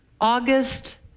August